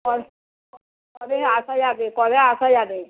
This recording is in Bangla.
ক কবে আসা যাবে কবে আসা যাবে